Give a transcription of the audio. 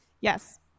Yes